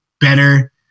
better